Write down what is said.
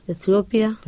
Ethiopia